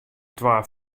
twa